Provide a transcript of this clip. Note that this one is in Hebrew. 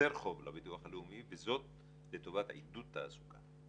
החזר חוב לביטוח הלאומי וזאת לטובת עידוד תעסוקה.